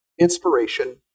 inspiration